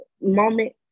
moment